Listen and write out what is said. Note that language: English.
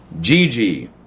Gigi